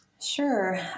Sure